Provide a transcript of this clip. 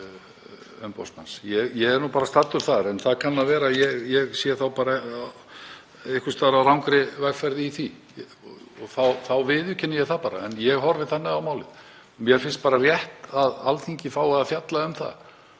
umboðsmanns. Ég er bara staddur þar. En það kann að vera að ég sé á rangri vegferð í því og þá viðurkenni ég það bara en ég horfi þannig á málið. Mér finnst bara rétt að Alþingi fái að fjalla um það.